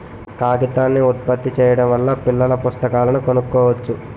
కాగితాన్ని ఉత్పత్తి చేయడం వల్ల పిల్లల పుస్తకాలను కొనుక్కోవచ్చు